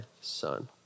son